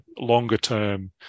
longer-term